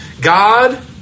God